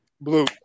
Blue